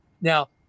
Now